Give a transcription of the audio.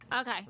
Okay